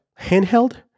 handheld